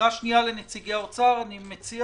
לנציגי האוצר אני מציע